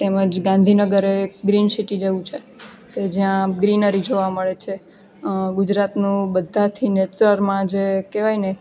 તેમજ ગાંધીનગર એક green city જેવુ છે કે જ્યાં ગ્રીનરી જોવા મળે છે ગુજરાતનું બધાથી નેચરમાં જે કહેવાય ને